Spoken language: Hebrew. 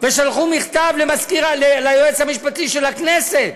ושלחו מכתב ליועץ המשפטי של הכנסת